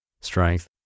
strength